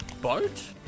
boat